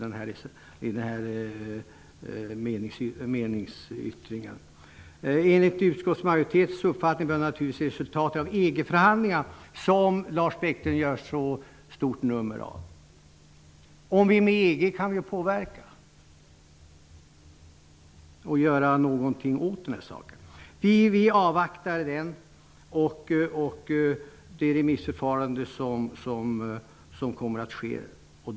Enligt utskottsmajoritetens uppfattning bör naturligtvis resultatet av EG förhandlingarna, som Lars Bäckström gör så stort nummer av, avvaktas. Om vi är med i EG kan vi vara med och påverka och göra något åt den här saken. Vi avvaktar det remissförfarande som kommer att ske.